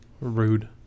rude